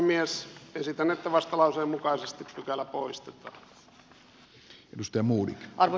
esitän että vastalauseen mukaisesti pykälä poistetaan